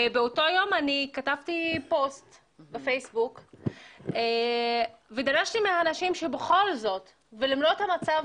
באותו יום אני כתבתי פוסט בפייסבוק ודרשתי מהאנשים שבכל זאת ולמרות המצב